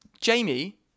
Jamie